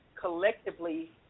collectively –